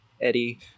eddie